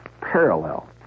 parallel